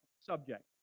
subject